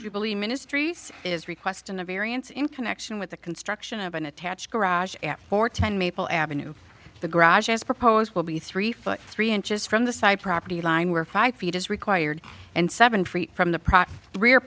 you believe ministries is requesting a variance in connection with the construction of an attached garage at fourteen maple avenue the garage as proposed will be three five three inches from the side property line where five feet is required and seven feet from the